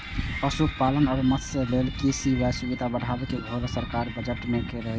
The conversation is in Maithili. पशुपालन आ मत्स्यपालन लेल के.सी.सी सुविधा बढ़ाबै के घोषणा सरकार बजट मे केने रहै